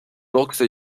druckste